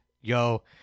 Yo